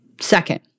Second